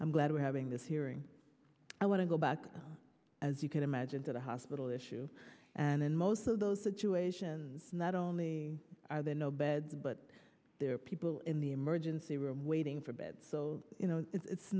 i'm glad we're having this hearing i want to go back as you can imagine to the hospital issue and in most of those situations not only are there no beds but there are people in the emergency room waiting for beds so you know it's